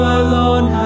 alone